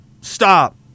Stop